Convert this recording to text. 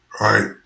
Right